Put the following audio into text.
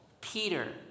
Peter